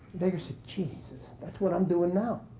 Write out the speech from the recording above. beggar said, jesus, that's what i'm doing now.